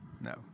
No